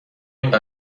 این